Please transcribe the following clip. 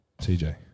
TJ